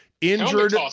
injured